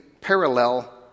parallel